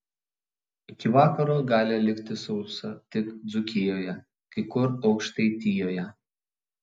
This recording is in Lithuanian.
iki vakaro gali likti sausa tik dzūkijoje kai kur aukštaitijoje